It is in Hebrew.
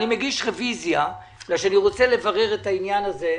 אני מגיש רביזיה בגלל שאני רוצה לברר את העניין הזה.